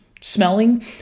smelling